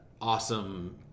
awesome